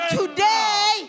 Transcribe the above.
today